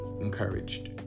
encouraged